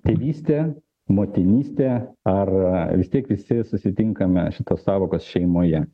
tėvystė motinystė ar vis tiek visi susitinkame šitos sąvokos šeimoje